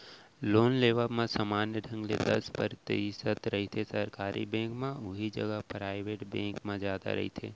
loan लेवब म समान्य ढंग ले दस परतिसत रहिथे सरकारी बेंक म उहीं जघा पराइबेट बेंक म जादा रहिथे